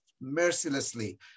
mercilessly